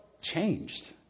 changed